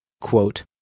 Quote